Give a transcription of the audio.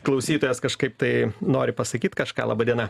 klausytojas kažkaip tai nori pasakyt kažką laba diena